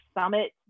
summit